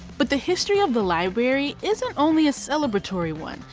but the history of the library isn't only a celebratory one,